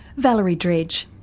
valerie dredge,